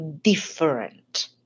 different